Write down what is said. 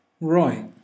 Right